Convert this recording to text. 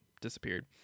disappeared